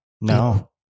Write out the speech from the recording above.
No